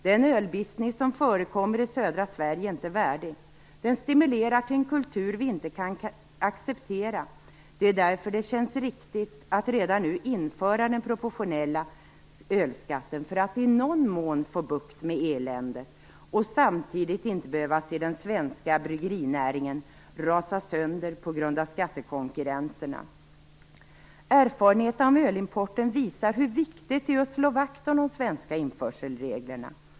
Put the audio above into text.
Den ölbusiness som förekommer i södra Sverige är inte värdig. Den stimulerar till en kultur vi inte kan acceptera. Därför känns det riktigt att redan nu införa den proportionella ölskatten för att i någon mån få bukt med eländet och samtidigt inte behöva se den svenska bryggerinäringen rasa sönder på grund av skattekonkurrensen. Erfarenheterna av ölimporten visar hur viktigt det är att slå vakt om de svenska införselreglerna.